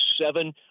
seven